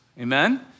Amen